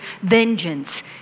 vengeance